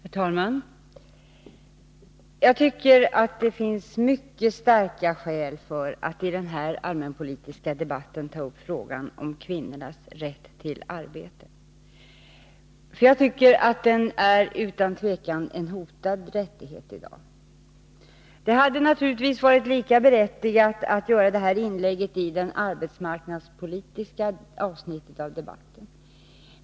Herr talman! Jag tycker att det finns mycket starka skäl att i den här allmänpolitiska debatten ta upp frågan om kvinnornas rätt till arbete, för jag anser att det utan tvivel är en hotad rättighet i dag. Det hade naturligtvis varit lika berättigat att göra det här inlägget i det arbetsmarknadspolitiska avsnittet av debatten.